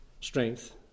strength